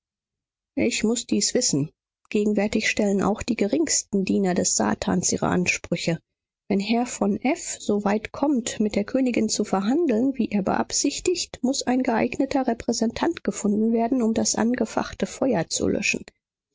ich muß dies wissen gegenwärtig stellen auch die geringsten diener des satans ihre ansprüche wenn herr von f so weit kommt mit der königin zu verhandeln wie er beabsichtigt muß ein geeigneter repräsentant gefunden werden um das angefachte feuer zu löschen